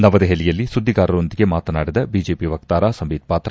ನವದೆಹಲಿಯಲ್ಲಿ ಸುದ್ದಿಗಾರರೊಂದಿಗೆ ಮಾತನಾಡಿದ ಬಿಜೆಪಿ ವಕ್ತಾರ ಸಂಬಿತ್ ಪಾತ್ರ